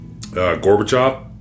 Gorbachev